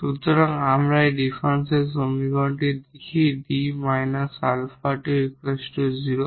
সুতরাং আমরা এই ডিফারেনশিয়াল সমীকরণের সমাধান দেখি 𝐷 𝛼2 0